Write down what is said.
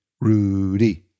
rudy